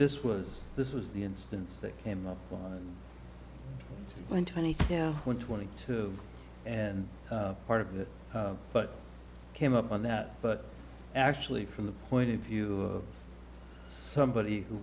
this was this was the instance that came up when twenty one twenty two and part of it but came up on that but actually from the point of view of somebody who